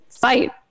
fight